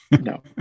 No